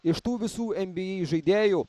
iš tų visų nba žaidėjų